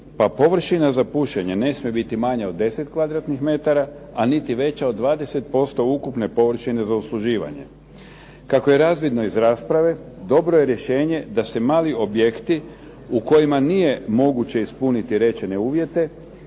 pa površina za pušenje ne smije biti manja od 10 kvadratnih metara, a niti veća od 20% ukupne površine za usluživanje. Kako je razvidno iz rasprave, dobro je rješenje da se mali objekti u kojima nije moguće ispuniti rečene uvjete,